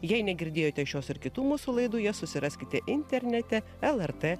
jei negirdėjote šios ir kitų mūsų laidų jas susiraskite internete lrt